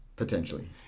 Potentially